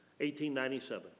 1897